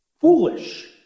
Foolish